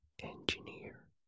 engineer